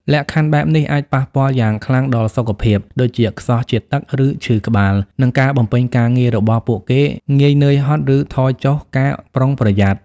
លក្ខខណ្ឌបែបនេះអាចប៉ះពាល់យ៉ាងខ្លាំងដល់សុខភាព ដូចជាខ្សោះជាតិទឹក ឬឈឺក្បាល និងការបំពេញការងាររបស់ពួកគេ ងាយនឿយហត់ ឬថយចុះការប្រុងប្រយ័ត្ន។